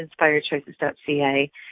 inspiredchoices.ca